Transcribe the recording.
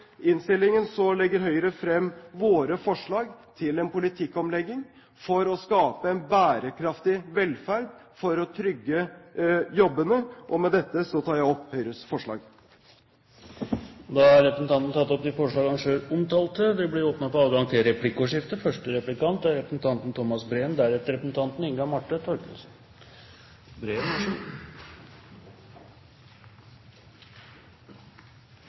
innstillingen legger Høyre frem sine forslag til en politikkomlegging for å skape en bærekraftig velferd og for å trygge jobbene. Med dette tar jeg opp Høyres forslag. Representanten Jan Tore Sanner har tatt opp de forslagene han refererte til. Det blir replikkordskifte. Tidligere har jeg, selv om jeg har vært uenig i innhold, stolt på